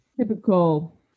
typical